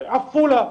עפולה,